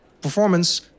performance